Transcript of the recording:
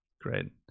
great